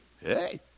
hey